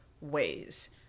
ways